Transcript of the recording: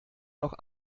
noch